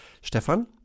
Stefan